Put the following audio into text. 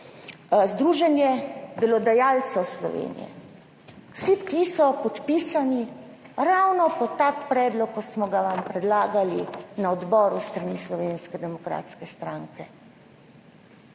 Združenja delodajalcev Slovenije, vsi ti so podpisani pod ravno tak predlog, kot smo vam ga predlagali na odboru s strani Slovenske demokratske stranke,